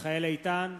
מיכאל איתן,